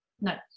No